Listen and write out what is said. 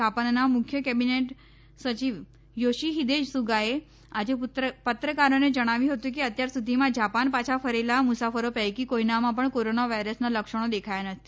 જા ાનના મુખ્ય કેબિનેટ સચિવ યોશીહિદે સુગાએ આજે ત્રકારોને ણાવ્યું ફતું કે અત્યાર સુધીમાં જા ાન ાછા ફરેલા મુસાફરો ૈ કી કોઈનામાં ૈ ણ કોરોના વાયરસના લક્ષણો દેખાયા નથી